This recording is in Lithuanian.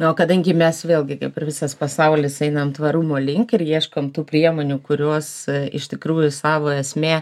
o kadangi mes vėlgi kaip ir visas pasaulis einam tvarumo link ir ieškom tų priemonių kurios iš tikrųjų savo esme